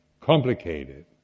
complicated